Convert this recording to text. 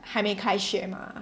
还没开学 mah